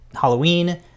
Halloween